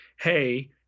Hey